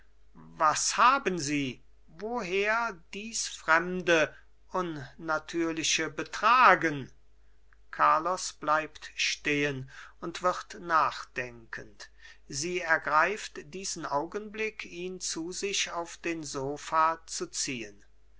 was haben sie woher dies fremde unnatürliche betragen carlos bleibt stehen und wird nachdenkend sie ergreift diesen augenblick ihn zu sich auf den sofa zu ziehen